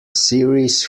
series